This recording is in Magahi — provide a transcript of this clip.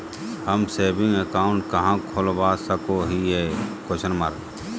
हम सेविंग अकाउंट कहाँ खोलवा सको हियै?